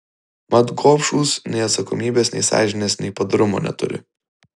mat gobšūs nei atsakomybės nei sąžinės nei padorumo neturi